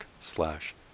slash